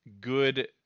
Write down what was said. good